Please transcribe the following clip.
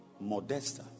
Modesta